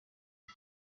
cyo